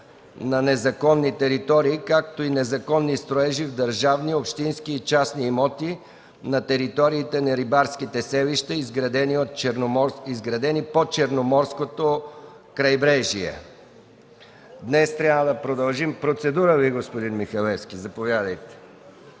на незаконни територии, както и на незаконни строежи в държавни, общински и частни имоти на териториите на рибарските селища, изградени по Черноморското крайбрежие. Днес трябва да продължим. Заповядайте за процедура, господин Михалевски.